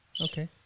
Okay